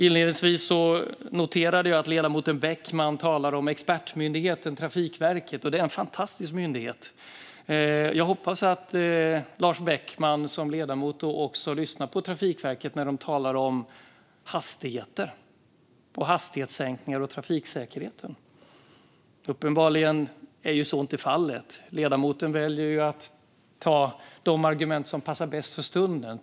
Jag noterade att ledamoten Beckman inledningsvis talade om expertmyndigheten Trafikverket. Det är en fantastisk myndighet. Jag hoppas att ledamoten Lars Beckman också lyssnar på Trafikverket när man talar om hastigheter, hastighetssänkningar och trafiksäkerhet. Uppenbarligen är så inte fallet. Ledamoten väljer ju att ta de argument som passar bäst för stunden.